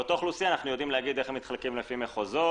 ועל אותה אוכלוסייה אנחנו ידועים להגיד איך הם מתחלקים לפי מחוזות,